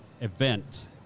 event